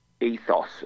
ethos